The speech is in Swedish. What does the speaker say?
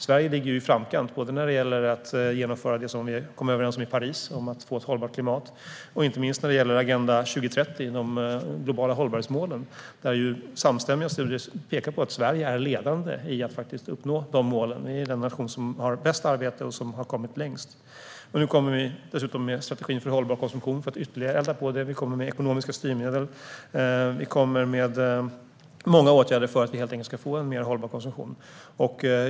Sverige ligger ju i framkant, både när det gäller att genomföra det som vi kom överens om i Paris, om att få ett hållbart klimat, och Agenda 2030 med de globala hållbarhetsmålen. Samstämmiga studier pekar på att Sverige faktiskt är ledande i att uppnå de målen. Vi är den nation som har det bästa arbetet och som har kommit längst. Nu kommer vi dessutom med en strategi för hållbar konsumtion för att ytterligare elda på det hela. Vi kommer med ekonomiska styrmedel och många andra åtgärder för att få en hållbar konsumtion.